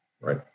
right